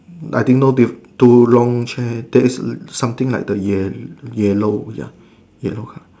I didn't know this two long chair there is something like the ya yellow ya yellow